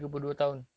thirty two